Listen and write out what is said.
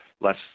less